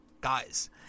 guys